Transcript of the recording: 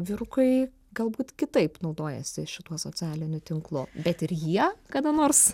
vyrukai galbūt kitaip naudojasi šituo socialiniu tinklu bet ir jie kada nors